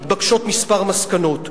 מתבקשות מספר מסקנות,